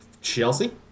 Chelsea